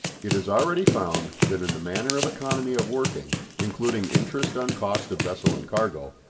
it is already found that in the matter of economy of working, including interest on cost of vessel and cargo,